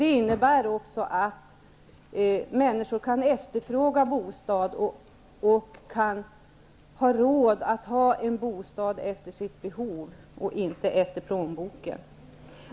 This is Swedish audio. Det innebär också att människor kan efterfråga bostad, och att de har råd att ha bostad efter sitt behov och inte efter sin plånbok.